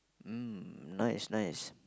mm nice nice